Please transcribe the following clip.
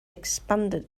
expanded